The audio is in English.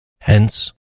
Hence